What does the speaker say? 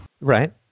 Right